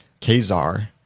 Kazar